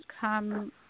come